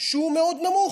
שהוא מאוד נמוך,